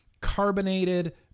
carbonated